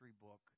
book